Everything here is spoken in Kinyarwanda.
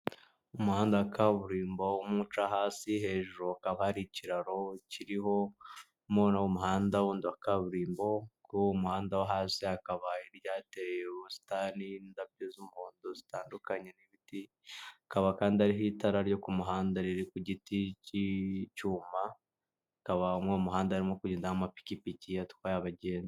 Umuhanda wa kaburimbo umwe uca hasi hejuru hakaba habari ikiraro kiriho umuhanda wundi wakaburimbo kuri uwo muhanda wo hasi hakaba ryateye ubusitani ,indabyo z'umuhondo zitandukanye ibiti hakaba kandi hariho itara ryo ku muhanda riri ku giti cy'icyuma hakaba no umuhanda harimo kugenda amapikipiki atwaye abagenzi.